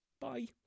Bye